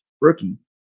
rookies